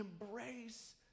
embrace